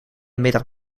middag